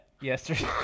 yesterday